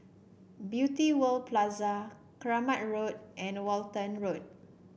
Beauty World Plaza Kramat Road and Walton Road